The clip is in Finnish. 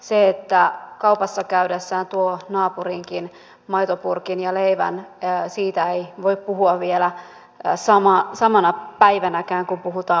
jos kaupassa käydessään tuo naapurinkin maitopurkin ja leivän siitä ei voi puhua vielä samana päivänäkään kun puhutaan omaishoitajuudesta